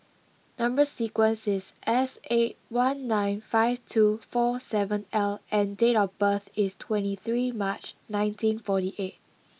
number sequence is S eight one nine five two four seven L and date of birth is twenty three March nineteen forty eight